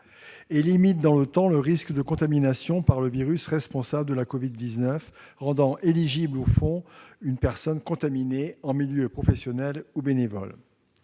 et à limiter dans le temps le risque de contamination par le virus responsable de la covid-19 rendant éligible au fonds une personne contaminée en milieu professionnel ou bénévole.